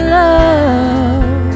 love